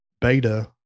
beta